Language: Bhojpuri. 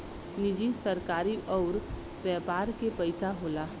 निजी सरकारी अउर व्यापार के पइसा होला